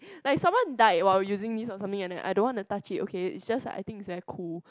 like someone died while using this or something like that okay I don't want to touch it okay it's just like I think is very cool